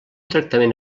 tractament